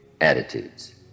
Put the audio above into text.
attitudes